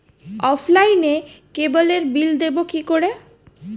অফলাইনে ক্যাবলের বিল দেবো কি করে?